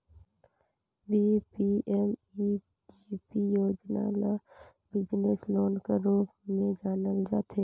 PMEGP योजना ल business loan कर रूप में जानल जाथे